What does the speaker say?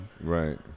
Right